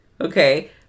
okay